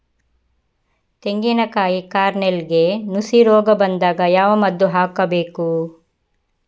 ತೆಂಗಿನ ಕಾಯಿ ಕಾರ್ನೆಲ್ಗೆ ನುಸಿ ರೋಗ ಬಂದಾಗ ಯಾವ ಮದ್ದು ಹಾಕಬೇಕು?